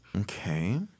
Okay